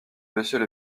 monsieur